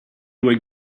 were